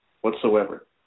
Whatsoever